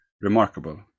Remarkable